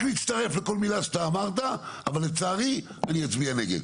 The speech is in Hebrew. להצטרף לכל מילה שאתה אמרת אבל לצערי אני אצביע נגד.